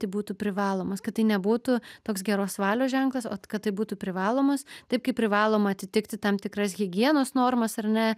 tai būtų privalomas kad tai nebūtų toks geros valios ženklas o kad tai būtų privalomas taip kaip privaloma atitikti tam tikras higienos normas ar ne